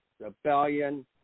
rebellion